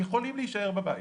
יכולים להישאר בבית.